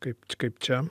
kaip kaip čia